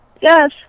Yes